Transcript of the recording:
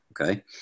okay